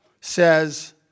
says